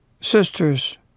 sisters